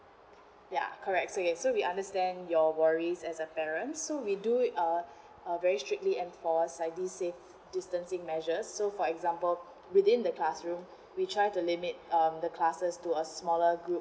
ya correct say so we understand your worries as a parent so we do it uh uh very strictly and for our safe distancing measures so for example within the classroom we try to limit um the classes to a smaller group